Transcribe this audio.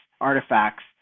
artifacts